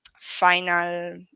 final